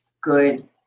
good